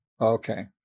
okay